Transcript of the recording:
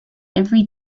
every